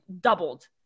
doubled